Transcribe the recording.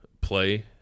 play